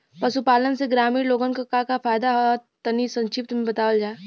पशुपालन से ग्रामीण लोगन के का का फायदा ह तनि संक्षिप्त में बतावल जा?